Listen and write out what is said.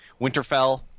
winterfell